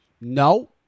No